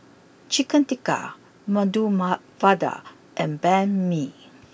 Chicken Tikka Medu Ma Vada and Banh Mi